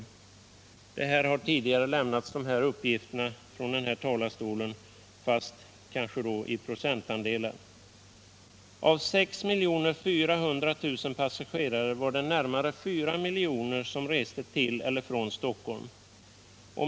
Dessa uppgifter har tidigare lämnats från den här talarstolen, fast då i procentandelar. Av 6,4 miljoner passagerare var det närmare 4 miljoner som reste till eller från Stockholm.